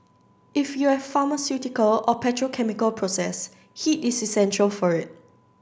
if you have pharmaceutical or petrochemical process heat is essential for it